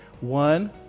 one